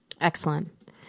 Excellent